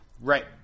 Right